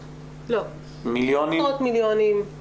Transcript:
לא, עשרות מיליונים.